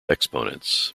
exponents